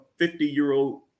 50-year-old